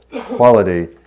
quality